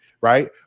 right